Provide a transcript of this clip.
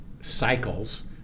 cycles